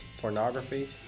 pornography